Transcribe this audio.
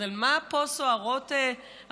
אז על מה סוערות פה הרוחות?